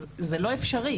אז זה לא אפשרי.